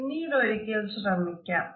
പിന്നീട് ഒരിക്കൽ ശ്രമിക്കാം